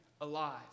alive